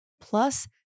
Plus